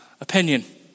opinion